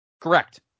Correct